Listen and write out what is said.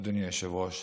אדוני היושב-ראש,